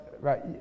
right